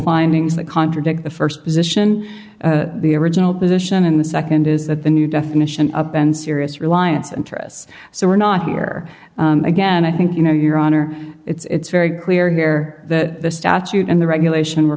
findings that contradict the first position original position and the second is that the new definition up and serious reliance interests so we're not here again i think you know your honor it's very clear here that statute and the regulation were